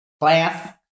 Class